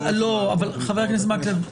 חבר הכנסת מקלב,